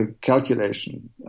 calculation